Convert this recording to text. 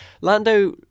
lando